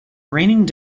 raining